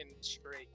straight